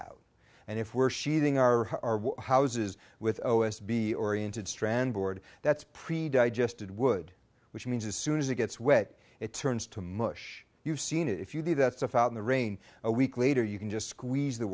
out and if we're sheeting our houses with o s b oriented strand board that's pre digested wood which means as soon as it gets wet it turns to mush you've seen if you leave that stuff out in the rain a week later you can just squeeze the